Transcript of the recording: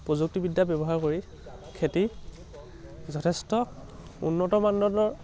প্ৰযুক্তিবিদ্যা ব্যৱহাৰ কৰি খেতি যথেষ্ট উন্নত মানদণ্ডৰ